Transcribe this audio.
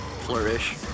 flourish